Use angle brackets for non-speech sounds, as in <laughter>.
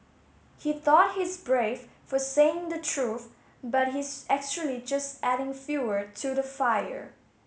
he thought he's brave for saying the truth but he's actually just adding <unintelligible> to the fire